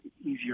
easier